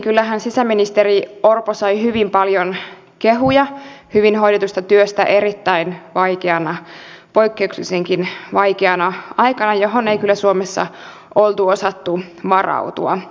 meillä suomessahan on historiallisesti ollut monella pienellä kunnalla omat tietojärjestelmänsä eri palveluntuottajilla ja tarjoajilla omat järjestelmänsä jotka eivät puhu keskenään